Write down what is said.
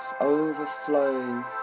overflows